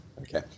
okay